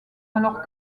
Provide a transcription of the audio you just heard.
alors